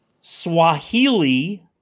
Swahili